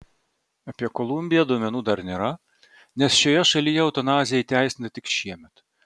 apie kolumbiją duomenų dar nėra nes šioje šalyje eutanazija įteisinta tik šiemet